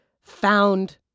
found